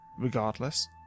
Regardless